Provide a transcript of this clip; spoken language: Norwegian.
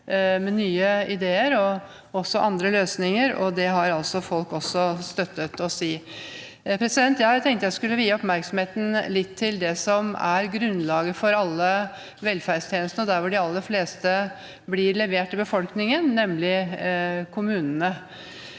med nye ideer og andre løsninger, og det har folk også støttet oss i. Jeg tenkte jeg skulle vie oppmerksomheten litt til det som er grunnlaget for alle velferdstjenestene, og der hvor de aller fleste blir levert til befolkningen, nemlig kommunene.